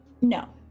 No